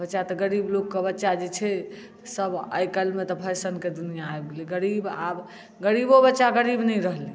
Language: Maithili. बच्चा तऽ गरीब लोकके बच्चा जे छै सभ आइकाल्हिमे तऽ फैशनके दुनिआँ आबि गेलै गरीब आब गरीबो बच्चा गरीब नहि रहलै